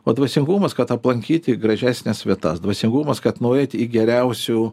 o dvasingumas kad aplankyti gražesnes vietas dvasingumas kad nueit į geriausių